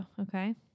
Okay